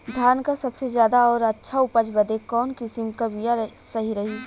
धान क सबसे ज्यादा और अच्छा उपज बदे कवन किसीम क बिया सही रही?